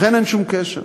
לכן אין שום קשר.